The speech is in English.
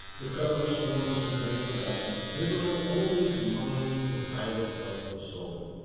the colorless, formless, intangible essence visible only to mind the pilot of the soul.